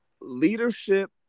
leadership